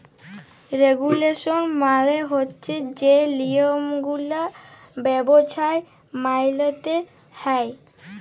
regulation মালে হছে যে লিয়মগুলা ব্যবছায় মাইলতে হ্যয়